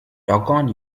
doggone